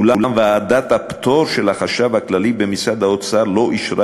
אולם ועדת הפטור של החשב הכללי במשרד האוצר לא אישרה